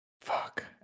Fuck